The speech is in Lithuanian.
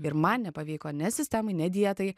ir man nepavyko ne sistemai ne dietai